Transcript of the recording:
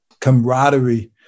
camaraderie